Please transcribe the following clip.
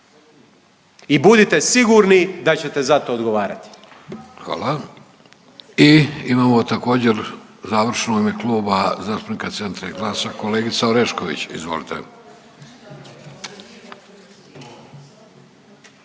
I budite sigurni da ćete za to odgovarati.